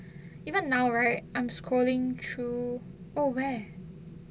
even now right I'm scrolling through oh where